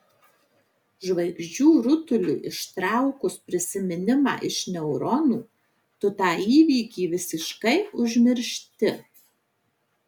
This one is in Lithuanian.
žvaigždžių rutuliui ištraukus prisiminimą iš neuronų tu tą įvykį visiškai užmiršti